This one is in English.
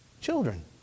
Children